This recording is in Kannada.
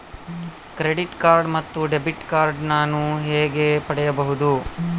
ಕ್ರೆಡಿಟ್ ಕಾರ್ಡ್ ಮತ್ತು ಡೆಬಿಟ್ ಕಾರ್ಡ್ ನಾನು ಹೇಗೆ ಪಡೆಯಬಹುದು?